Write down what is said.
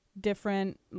different